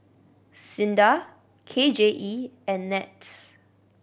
SINDA K J E and NETS